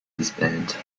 disbanded